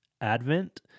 Advent